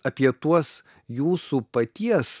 apie tuos jūsų paties